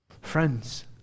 Friends